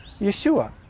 Yeshua